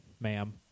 ma'am